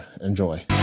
Enjoy